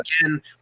again